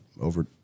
over